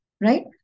right